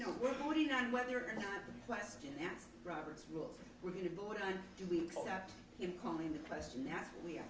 we're voting on whether or not the question, asked by roberts, rules. we're gonna vote on, do we accept him calling the question, that's what we